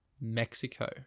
Mexico